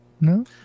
no